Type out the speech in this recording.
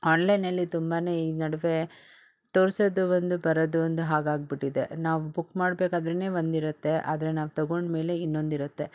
ಆನ್ಲೈನಲ್ಲಿ ತುಂಬ ಈ ನಡುವೆ ತೋರಿಸೋದು ಒಂದು ಬರೋದು ಒಂದು ಹಾಗಾಗಿಬಿಟ್ಟಿದೆ ನಾವು ಬುಕ್ ಮಾಡಬೇಕಾದ್ರೆ ಒಂದಿರತ್ತೆ ಆದರೆ ನಾವು ತೊಗೊಂಡ ಮೇಲೆ ಇನ್ನೊಂದಿರತ್ತೆ